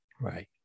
Right